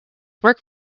work